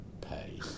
pay